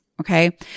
Okay